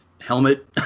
Helmet